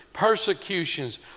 persecutions